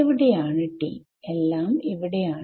എവിടെയാണ് T എല്ലാം ഇവിടെയാണ്